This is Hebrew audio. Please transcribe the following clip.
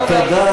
תודה.